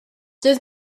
doedd